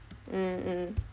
mm mm